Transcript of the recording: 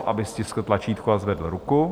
Aby stiskl tlačítko a zvedl ruku.